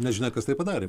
nežinia kas tai padarė